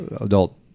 adult